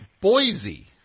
Boise